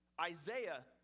Isaiah